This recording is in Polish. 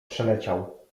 przeleciał